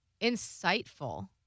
insightful